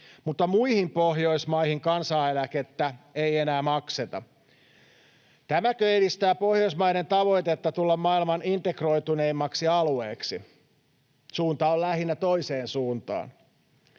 mutta muihin Pohjoismaihin kansaneläkettä ei enää makseta. Tämäkö edistää Pohjoismaiden tavoitetta tulla maailman integroituneimmaksi alueeksi? Suunta on lähinnä toiseen suuntaan.